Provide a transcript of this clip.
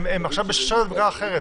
הם עכשיו בשרשרת הדבקה אחרת,